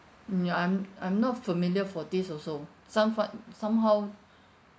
mm ya I'm I'm not familiar for this also somewhat somehow